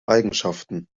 eigenschaften